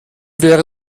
wäre